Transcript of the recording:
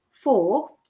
four